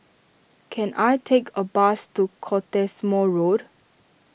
can I take a bus to Cottesmore Road